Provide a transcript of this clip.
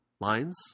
lines